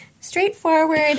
straightforward